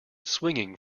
swinging